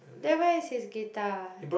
then where is his guitar